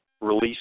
release